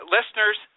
Listeners